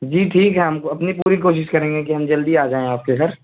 جی ٹھیک ہے ہم کو اپنی پوری کوشش کریں گے کہ ہم جلدی آ جائیں آپ کے گھر